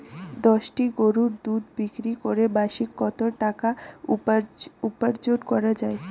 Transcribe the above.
দশটি গরুর দুধ বিক্রি করে মাসিক কত টাকা উপার্জন করা য়ায়?